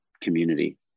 community